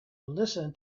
listen